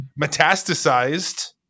metastasized